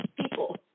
people